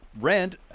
rent